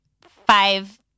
five